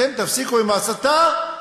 אתם תפסיקו עם ההסתה,